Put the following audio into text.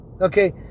Okay